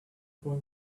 boy